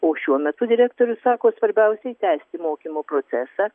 o šiuo metu direktorius sako svarbiausiai tęsti mokymo procesą